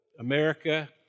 America